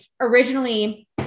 originally